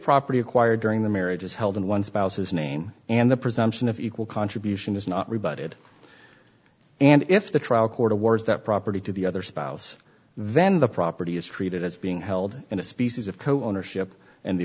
property acquired during the marriage is held in one spouse's name and the presumption of equal contribution is not rebutted and if the trial court awards that property to the other spouse then the property is treated as being held in a species of co ownership and the